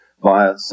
via